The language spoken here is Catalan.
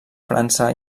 frança